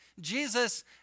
Jesus